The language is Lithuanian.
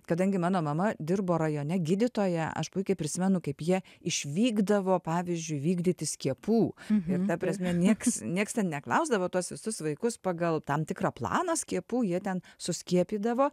kadangi mano mama dirbo rajone gydytoja aš puikiai prisimenu kaip ji išvykdavo pavyzdžiui vykdyti skiepų ir ta prasme nieks nieks ten neklausdavo tuos visus vaikus pagal tam tikrą planą skiepų jie ten suskiepydavo